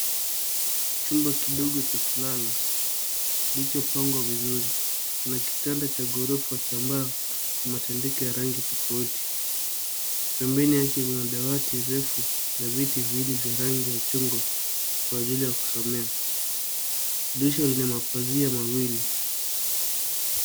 Chumba kidogo cha kulala kilichopangwa vizuri. Kuna kitanda cha ghorofa cha mbao na matandiko ya rangi tofauti. Pembeni yake kuna dawati refu na viti viwili vya rangi ya chungwa kwa ajili ya kusomea. Dirisha lina mapazia mawili.